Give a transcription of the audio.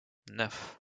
neuf